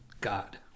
God